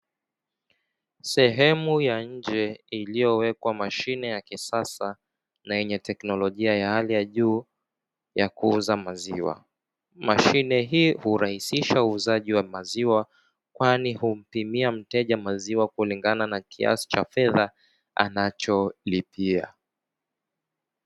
Sehemu ya nje iliyowekwa mashine ya kisasa na yenye teknolojia ya hali ya juu ya kuuza maziwa. Mashine hii hurahisisha uuzaji wa maziwa kwani humpimia mteja kiasi cha maziwa kulingana na kiasi anacholipia.